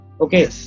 Okay